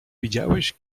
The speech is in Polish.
widziałeś